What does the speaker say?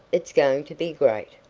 it's going to be great.